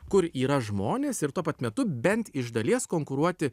kur yra žmonės ir tuo pat metu bent iš dalies konkuruoti